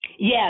Yes